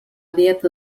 dieta